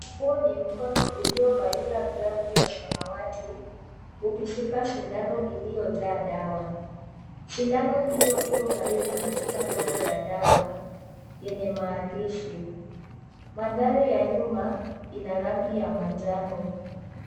Huu ni mkono uliovalia glavu ya samawati ukishika sindano iliyojaa dawa. Sindano hiyo iko karibu na chupa ndogo ya dawa yenye maandishi. Maandhari ya nyuma ina rangi ya manjano.